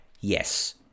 yes